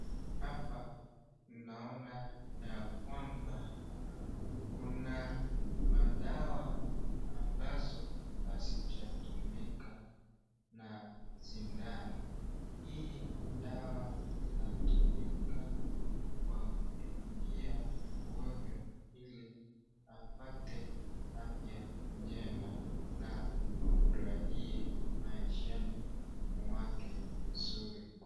Hapa naona ya kwamba, kuna madawa ambazo haijatumika na shindano. Hii dawa inatumika kwa kundungia mgonjwa ili apate afya njema na afurahie maishani mwake vizuri.